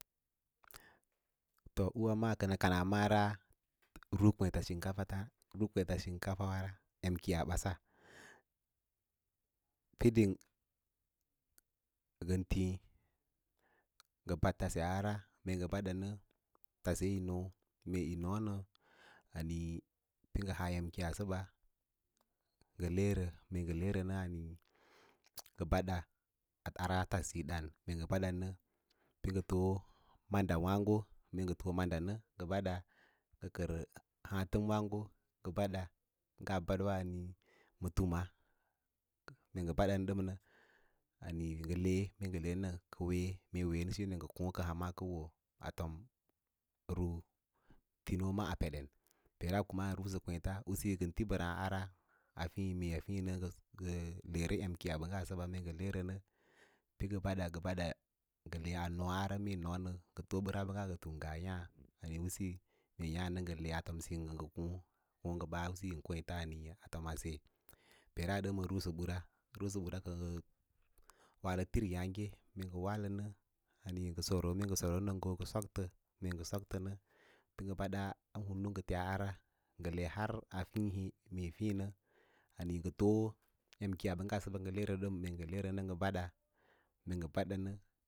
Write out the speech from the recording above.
To ūwâ maa kənə kana ɗura ru kweẽts sín kafeta, ru kweeta sinka fawara em kiiyabasa fiding ngən tiĩ ngə bad tase ara mee boɗa nə tase noo mee noonə meẽ pə haã em kiiya səba ngə heerə mee ngə leerən ngə baɗa ara a tase ɗǎǎn mee baɗanə maɗa wǎǎgo ngə too mada ngə baɗa ngə kər astəm waãgo ngə ma tums mee ngə badan ale niĩ ngə le mee ngə le nə a wee mee ween ngə koõ, ngə hamaa kəuwo timima ma peɗen peera mee ngə leera’ em kiiya bəngga səɓa nə kə ngə bada ngə baɗa taa moo ngə teꞌa noo are mee noon mr ngə too ɓəraã bəngga ngaa yǎǎ mee yaã ngə le a fom singgə wo ngə ɓas nem kweets a se, peeran, dəm rusə bura, ruusiya kə ngə walə tiryǎǎge ove ngə soto mee ngə boro nə ngə soƙlə mee ngə sok təə nə kə ngə badaa hum ngə le har amoa fiĩ hẽ mee fiĩ nə ale ngə foo em kiiyo ɓa bəngga səba ngə leerə ngə bada meen nə bada nə.